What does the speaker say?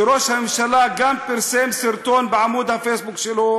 ראש הממשלה גם פרסם סרטון בעמוד הפייסבוק שלו,